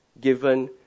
given